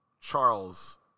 charles